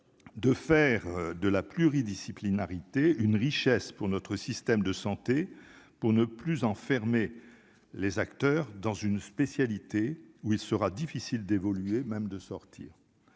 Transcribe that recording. de faire de la pluridisciplinarité, une richesse pour notre système de santé pour ne plus enfermer les acteurs dans une spécialité où il sera difficile d'évoluer même de sortir,